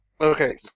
Okay